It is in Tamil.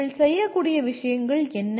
நீங்கள் செய்யக்கூடிய விஷயங்கள் என்ன